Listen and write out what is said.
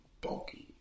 bulky